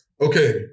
okay